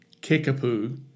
Kickapoo